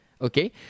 Okay